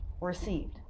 received